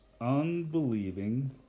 unbelieving